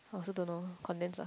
I also don't know condense lah